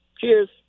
Cheers